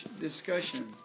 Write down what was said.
discussion